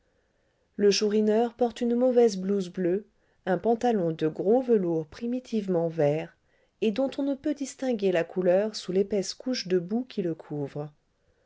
le chourineur porte une mauvaise blouse bleue un pantalon de gros velours primitivement vert et dont on ne peut distinguer la couleur sous l'épaisse couche de boue qui le couvre